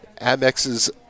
Amex's